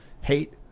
hate –